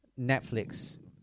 Netflix